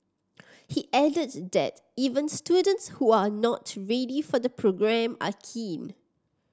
he added that even students who are not ready for the programme are keen